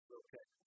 okay